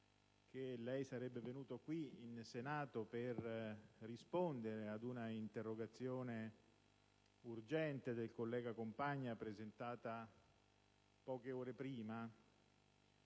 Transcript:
che sarebbe venuto qui in Senato per rispondere ad una interrogazione urgente del senatore Compagna presentata poche ore prima,